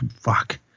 fuck